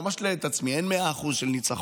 אני לא משלה את עצמי, אין 100% ניצחון,